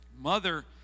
mother